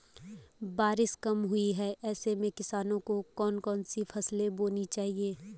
बारिश कम हुई है ऐसे में किसानों को कौन कौन सी फसलें बोनी चाहिए?